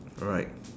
alright